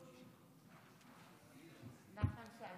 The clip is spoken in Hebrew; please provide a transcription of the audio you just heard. נחמן שי.